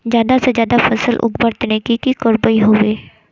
ज्यादा से ज्यादा फसल उगवार तने की की करबय होबे?